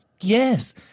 Yes